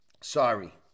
Sorry